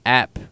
app